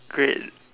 great